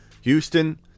Houston